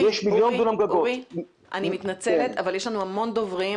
אני מתנצלת אבל יש לנו המון דוברים.